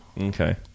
Okay